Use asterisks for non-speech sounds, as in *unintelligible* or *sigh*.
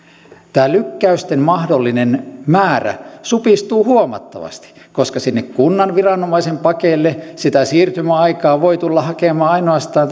tämä lykkäysten mahdollinen määrä supistuu huomattavasti koska kunnan viranomaisen pakeille sitä siirtymäaikaa tarvitsee tulla hakemaan ainoastaan *unintelligible*